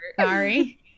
sorry